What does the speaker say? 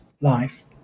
life